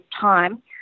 time